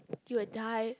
you'll die